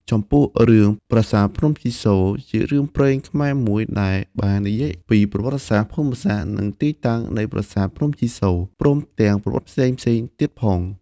ចំពោះរឿង ប្រាសាទភ្នំជីសូរ ជារឿងព្រេងខ្មែរមួយដែលបាននិយាយពី ប្រវត្តិសាស្រ្ដ ភូមិសាស្រ្ដ និងទីតាំងនៃប្រាសាទភ្នំជីសូរ ព្រមទាំងប្រវត្តិផ្សេងៗទៀតផង។